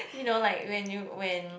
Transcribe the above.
you know like when you when